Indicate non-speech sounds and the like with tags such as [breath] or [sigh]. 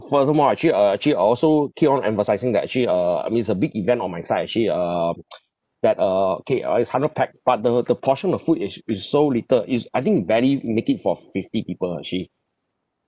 furthermore uh actually uh actually I also keep on emphasising that actually uh I mean it's a big event on my side actually um [noise] [breath] that uh K uh it's hundred pax but the the portion of food is is so little is I think barely make it for fifty people ah actually